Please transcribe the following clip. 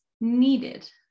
needed